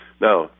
Now